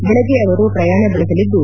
ಬೆಳಗ್ಗೆ ಅವರು ಪ್ರಯಾಣ ಬೆಳೆಸಲಿದ್ದು